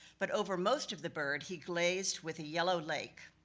but over most of the bird, he glazed with a yellow lake.